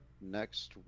next